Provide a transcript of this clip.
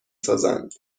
سازند